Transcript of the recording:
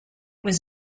was